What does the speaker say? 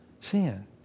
Sin